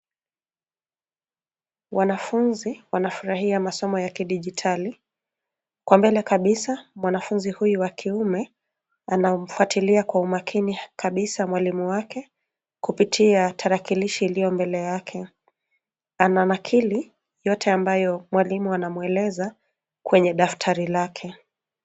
Wanafunzi wanafurahia masomo ya kidijitali. Kwa mbele kabisa, mwanafunzi huyu wa kiume anamfuatilia kwa umakini kabisa mwalimu wake kupitia tarakilishi iliyo mbele yake. Ananakili yote ambayo mwalimu anamweleza kwenye daftari lake.